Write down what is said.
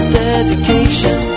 dedication